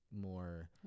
more